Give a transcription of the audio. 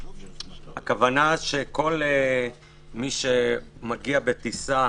הכוונה שכל מי שמגיע בטיסה